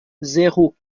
zéro